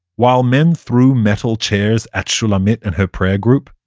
while men threw metal chairs at shulamit and her prayer group,